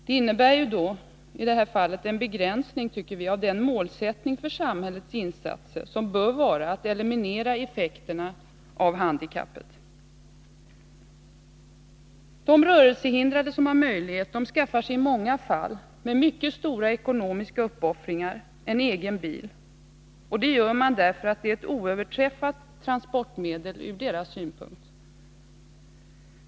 Det betyder en begränsning av den målsättning för samhällets insatser som bör vara att eliminera effekterna av handikappet. De rörelsehindrade som har möjlighet skaffar sig i många fall med mycket stora ekonomiska uppoffringar en egen bil, och det gör de därför att den ur deras synpunkt är ett oöverträffat transportmedel.